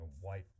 white